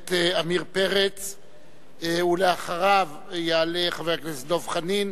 הכנסת עמיר פרץ, אחריו יעלה חבר הכנסת דב חנין,